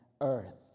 earth